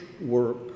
work